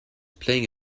playing